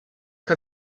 que